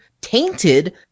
tainted